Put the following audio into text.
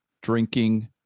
Drinking